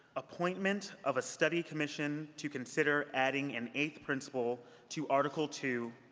appointment of a study commission to consider adding an eighth principle to article two,